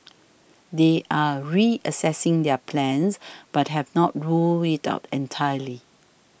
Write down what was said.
they are reassessing their plans but have not ruled it out entirely